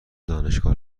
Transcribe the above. دانشگاه